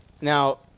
Now